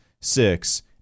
six